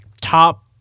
top